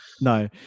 No